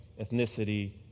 ethnicity